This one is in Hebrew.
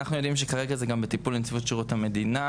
אנחנו יודעים שכרגע זה בטיפול נציבות שרות המדינה,